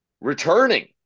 returning